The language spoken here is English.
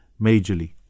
majorly